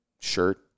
shirt